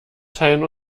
teilen